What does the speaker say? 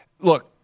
look